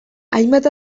hainbat